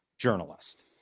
Journalist